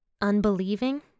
unbelieving